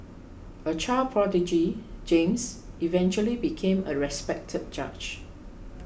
a child prodigy James eventually became a respected judge